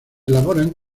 elaboran